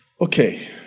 Okay